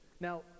Now